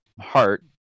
heart